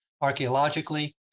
archaeologically